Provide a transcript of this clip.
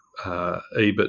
EBIT